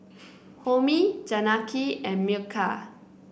Homi Janaki and Milkha